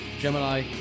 Gemini